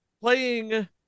Playing